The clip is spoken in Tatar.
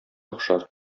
охшар